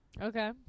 Okay